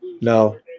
No